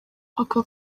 aka